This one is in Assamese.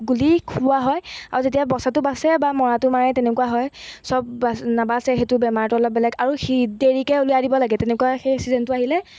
গুলি খুওৱা হয় আৰু যেতিয়া বচাটো বাচে বা মৰাটো মাৰে তেনেকুৱা হয় সব নাবাচে সেইটো বেমাৰটো অলপ বেলেগ আৰু সি দেৰিকৈ উলিয়াই দিব লাগে তেনেকুৱা সেই চিজনটো আহিলে